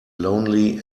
lonely